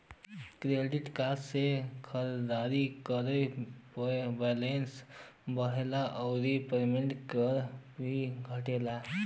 credit card से खरीदारी करे पे बैलेंस बढ़ला आउर पेमेंट करे पे घटला